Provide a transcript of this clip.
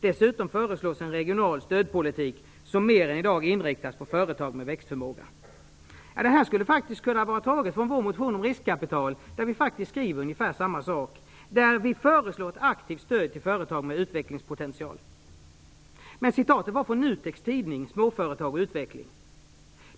Dessutom föreslås en regional stödpolitik som mer än i dag inriktas på företag med växtförmåga. Det här skulle faktiskt kunna vara taget från vår motion om riskkapital, där vi skriver ungefär samma sak. Vi föreslår där ett aktivt stöd till företag med utvecklingspotential. Men citatet var från NUTEK:s tidning Småföretag och utveckling.